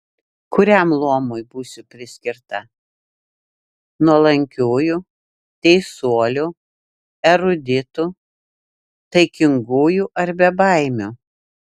kuriam luomui būsiu priskirta nuolankiųjų teisuolių eruditų taikingųjų ar bebaimių